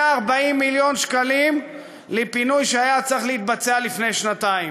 140 מיליון שקלים לפינוי שהיה צריך להתבצע לפני שנתיים,